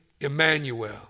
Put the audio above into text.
Emmanuel